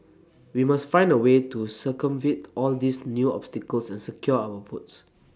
we must find A way to circumvent all these new obstacles and secure our votes